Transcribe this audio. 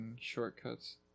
shortcuts